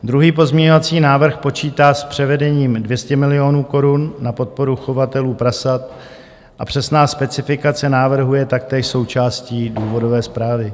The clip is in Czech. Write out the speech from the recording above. Druhý pozměňovací návrh počítá s převedením 200 milionů korun na podporu chovatelů prasat a přesná specifikace návrhu je taktéž součástí důvodové zprávy.